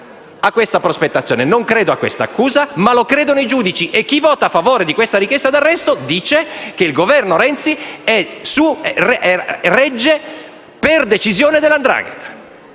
a questa prospettazione e a questa accusa, ma ci credono i giudici e chi vota a favore di questa richiesta di arresto dice che il Governo Renzi regge per decisione della 'ndrangheta.